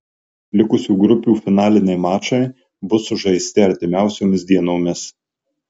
likusių grupių finaliniai mačai bus sužaisti artimiausiomis dienomis